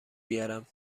بیارم